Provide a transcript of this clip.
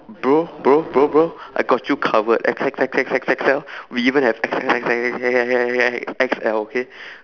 bro bro bro bro I got you covered X X X X X L we even have X X X X X X X X X X L okay